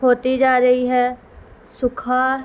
ہوتی جا رہی ہے سکھاار